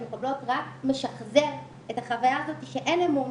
מקבלות רק משחזר את החוויה הזאת שאין אמון,